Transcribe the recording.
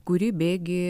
kuri bėgi